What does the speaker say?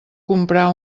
comprar